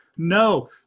No